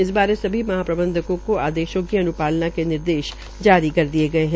इस बारे सभी महाप्रबंधकों को आदेशों की अनुपालना के निर्देश जारीकर दिये गये है